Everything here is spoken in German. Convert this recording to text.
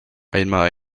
einmal